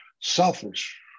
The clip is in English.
Selfish